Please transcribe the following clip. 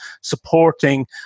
supporting